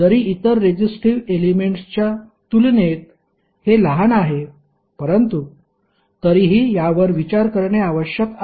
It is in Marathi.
जरी इतर रेजिस्टिव्ह एलेमेंट्सच्या तुलनेत हे लहान आहे परंतु तरीही यावर विचार करणे आवश्यक आहे